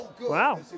wow